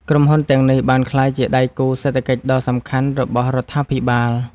ក្រុមហ៊ុនទាំងនេះបានក្លាយជាដៃគូសេដ្ឋកិច្ចដ៏សំខាន់របស់រដ្ឋាភិបាល។